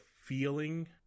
feeling